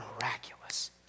miraculous